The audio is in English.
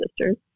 sisters